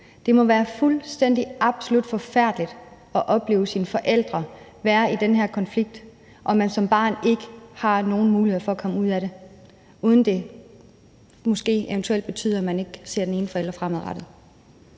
Det må være fuldstændig, absolut forfærdeligt at opleve sine forældre være i den her konflikt, og at man som barn ikke har nogen muligheder for at komme ud af det, uden at det måske eventuelt betyder, at man ikke ser den ene forælder fremadrettet.